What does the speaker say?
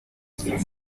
this